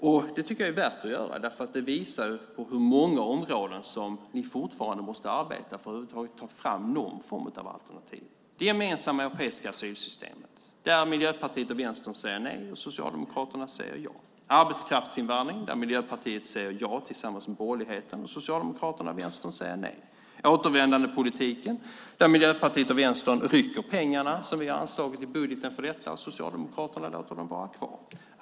Det tycker jag att det är värt att göra, därför att det visar på hur många områden som ni fortfarande måste arbeta för att få fram någon form av alternativ. Det gemensamma europeiska asylsystemet - Miljöpartiet och Vänstern säger nej och Socialdemokraterna säger ja. Arbetskraftsinvandring - Miljöpartiet säger ja tillsammans med borgerligheten och Socialdemokraterna och Vänstern säger nej. Återvändandepolitiken - Miljöpartiet och Vänstern rycker pengarna som vi ha anslagit i budgeten för detta och Socialdemokraterna låter dem vara kvarn.